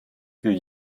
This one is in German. will